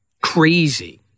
crazy